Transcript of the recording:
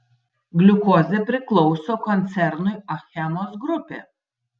gliukozė priklauso koncernui achemos grupė